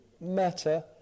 matter